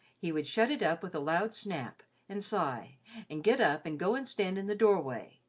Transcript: he would shut it up with a loud snap, and sigh and get up and go and stand in the door-way,